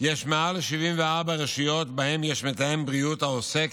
יש מעל 74 רשויות שבהן יש מתאם בריאות העוסק